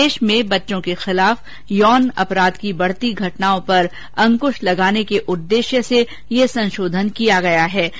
देश में बच्चों के खिलाफ यौन अपराध की बढती घटनाओं पर अंकुश लगाने के लिए उददेश्य से यह संशोधन किया गयाहै